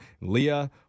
Leah